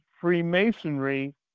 Freemasonry